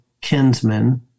kinsman